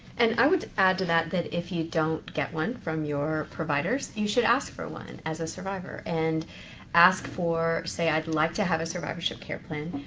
and i would add to that that if you don't get one from your providers, you should ask for one as a survivor. and ask for, say, i'd like to have a survivorship care plan.